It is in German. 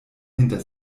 hinter